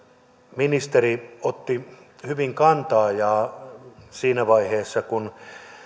ministeri otti hyvin kantaa siinä vaiheessa kun